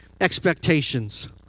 expectations